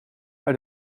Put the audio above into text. uit